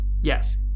yes